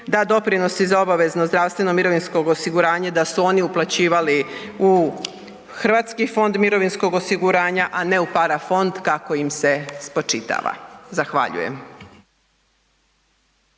da doprinosi za obavezno zdravstveno i mirovinsko osiguranje da su oni uplaćivali u hrvatski fond mirovinskog osiguranja, a ne u parafond kako im se spočitava. Zahvaljujem.